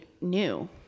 new